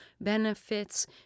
benefits